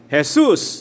Jesus